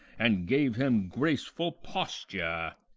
and gave him graceful posture.